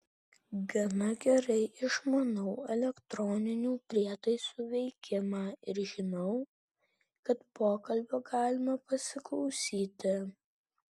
gana gerai išmanau elektroninių prietaisų veikimą ir žinau kad pokalbio galima pasiklausyti